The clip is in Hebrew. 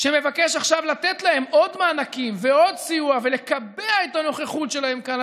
שמבקש עכשיו לתת להם עוד מענקים ועוד סיוע ולקבע את הנוכחות שלהם כאן,